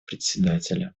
председателя